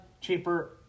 cheaper